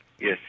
Yes